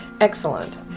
excellent